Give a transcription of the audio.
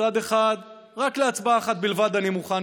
מצד אחד רק להצבעה אחת בלבד אני מוכן,